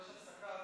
סעיפים